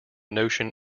notion